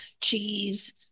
cheese